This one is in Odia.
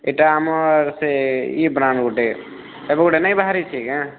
ଏଇଟା ଆମର୍ ସେ ଇ ବ୍ରାଣ୍ଡ୍ର ଗୁଟେ ଏବେ ଗୋଟେ ନେଇ ବାହାରିଛେ କାଏଁ